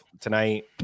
tonight